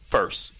First